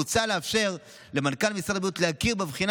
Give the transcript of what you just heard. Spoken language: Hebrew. מוצע לאפשר למנכ"ל משרד הבריאות להכיר בבחינה